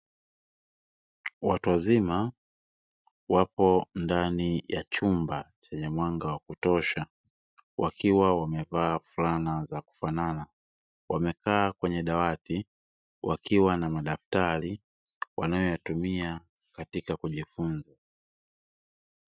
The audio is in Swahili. Watu wazima wapo ndani ya chumba chenye mwanga wa kutosha, wakiwa wamevaa fulana za kufanana wamekaa kwenye dawati wakiwa na madaftari wanayoyatumia katika kujifunza.